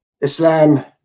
Islam